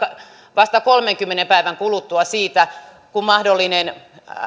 vasta kolmenkymmenen päivän kuluttua siitä kun mahdollinen